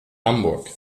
hamburg